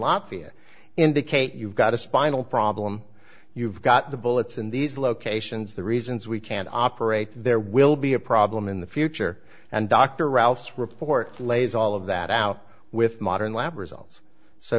fia indicate you've got a spinal problem you've got the bullets in these locations the reasons we can't operate there will be a problem in the future and dr ralph's report lays all of that out with modern lab results so